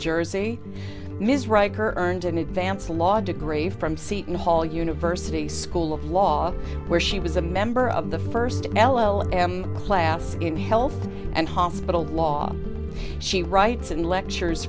reich earned an advanced law degree from seton hall university school of law where she was a member of the first l l am class in health and hospital law she writes in lectures